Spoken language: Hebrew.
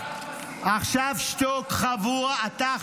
תשתוק עכשיו, עכשיו תשתוק.